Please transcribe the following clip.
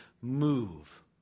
move